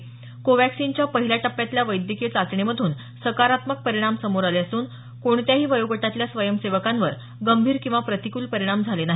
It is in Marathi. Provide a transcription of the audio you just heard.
कोवॅक्सिनच्यापहिल्या टप्प्यातल्या वैद्यकीय चाचणीमध्रन सकारात्मक परिणाम समोर आले असून कोणत्याही वयोगटातल्या स्वयंसेवकांवर गंभीर किंवा प्रतिकूल परिणाम झाले नाही